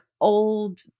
old